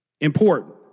important